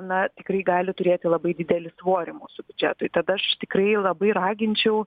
na tikrai gali turėti labai didelį svorį mūsų biudžetui tad aš tikrai labai raginčiau